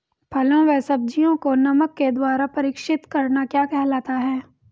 फलों व सब्जियों को नमक के द्वारा परीक्षित करना क्या कहलाता है?